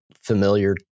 familiar